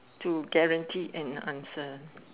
do guarantee an answer